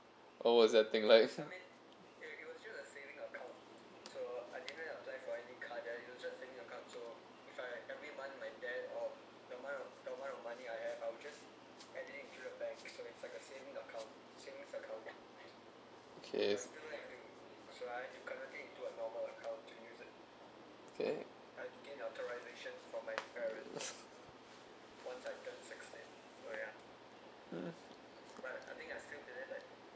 oh is that thing like okay okay